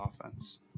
offense